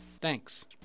Thanks